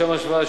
לשם השוואה,